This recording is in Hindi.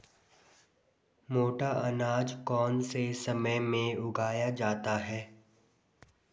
मोटा अनाज कौन से समय में उगाया जाता है?